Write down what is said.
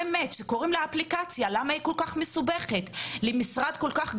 למה האפליקציה כל כך מסובכת למשרד כל כך גדול?